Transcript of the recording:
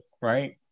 right